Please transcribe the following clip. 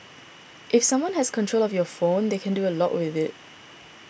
if someone has control of your phone they can do a lot with it